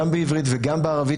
גם בעברית וגם בערבית,